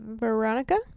Veronica